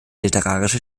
literarische